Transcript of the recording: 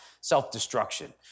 self-destruction